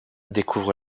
découvre